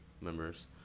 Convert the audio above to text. members